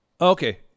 Okay